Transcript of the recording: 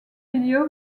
vidéo